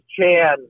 Chan